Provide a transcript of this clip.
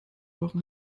wochen